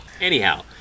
Anyhow